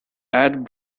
add